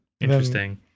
Interesting